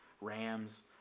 Rams